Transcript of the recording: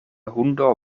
hundo